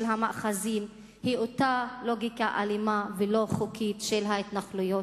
של המאחזים היא אותה לוגיקה אלימה ולא חוקית של ההתנחלויות.